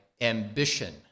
ambition